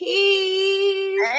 Peace